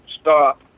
stop